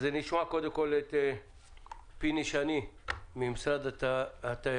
נשמע קודם כול את פיני שני ממשרד התיירות